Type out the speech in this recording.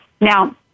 Now